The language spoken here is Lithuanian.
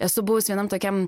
esu buvus vienam tokiam